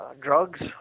drugs